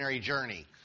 journey